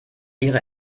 ihre